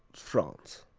france